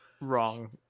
Wrong